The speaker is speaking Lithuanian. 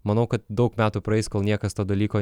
manau kad daug metų praeis kol niekas to dalyko